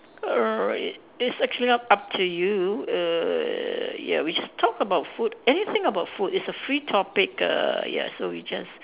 alright it's actually up to you ya we just talk about food anything about food it's a free topic err ya so we just